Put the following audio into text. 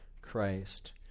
Christ